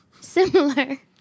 similar